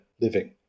living